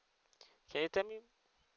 can you tell me